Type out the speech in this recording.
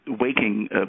waking